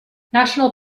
national